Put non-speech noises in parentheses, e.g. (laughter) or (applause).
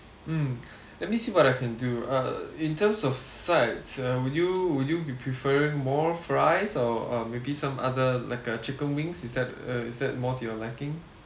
mm (breath) let me see what I can do uh in terms of sides uh would you would you be preferring more fries or uh maybe some other like a chicken wings is that uh is that more to your liking